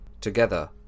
together